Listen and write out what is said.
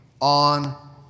on